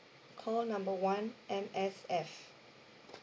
call number one M_S_F